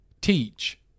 teach